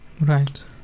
Right